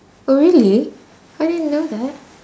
oh really I didn't know that